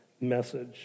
message